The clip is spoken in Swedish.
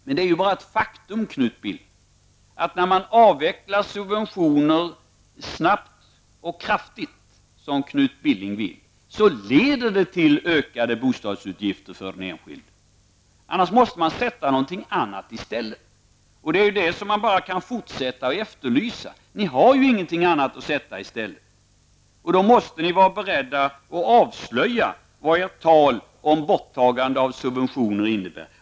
Men det är bara ett faktum, Knut Billing, att när man avvecklar subventioner snabbt och kraftigt, som Knut Billing vill, leder det till ökade bostadsutgifter för den enskilde. Annars måste man sätta något annat i stället. Det kan man fortsätta att efterlysa. Ni har ju ingenting annat att sätta i stället. Då måste ni vara beredda att avslöja vad ert tal om borttagande av subventioner innebär.